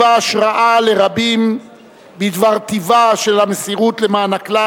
שימש השראה לרבים בדבר טיבה של המסירות למען הכלל